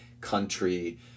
country